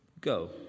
Go